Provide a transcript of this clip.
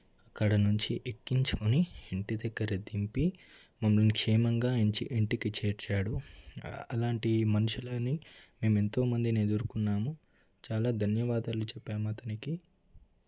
అక్కడ నుంచి ఎక్కించుకొని ఇంటి దగ్గర దింపి మమ్మల్ని క్షేమంగా ఇం ఇంటికి చేర్చాడు అలాంటి మనుషులని మేమెంతో మందిని ఎదుర్కొన్నాము చాలా ధన్యవాదాలు చెప్పాము అతనికి